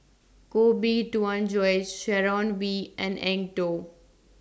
Koh Bee Tuan Joyce Sharon Wee and Eng Tow